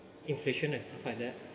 inflation has to find out